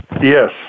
Yes